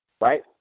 right